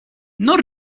non